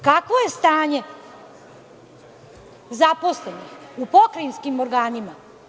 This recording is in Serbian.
Kakvo je stanje zaposlenih u pokrajinskim organima?